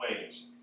ways